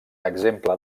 exemple